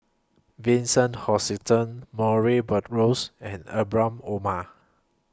Vincent Hoisington Murray Buttrose and Ibrahim Omar